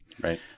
Right